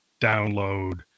download